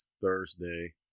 Thursday